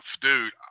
Dude